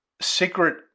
secret